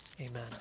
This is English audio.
Amen